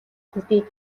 төдий